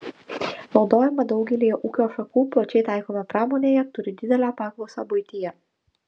naudojama daugelyje ūkio šakų plačiai taikoma pramonėje turi didelę paklausą buityje